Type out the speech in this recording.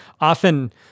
Often